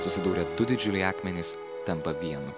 susidūrę du didžiuliai akmenys tampa vienu